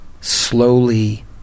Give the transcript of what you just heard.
slowly